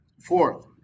Fourth